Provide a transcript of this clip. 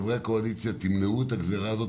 חברי הקואליציה תמנעו את הגזרה הזאת